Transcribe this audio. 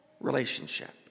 relationship